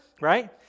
Right